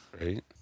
Right